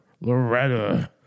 Loretta